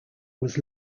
was